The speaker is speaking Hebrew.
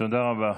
תודה רבה.